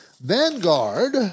Vanguard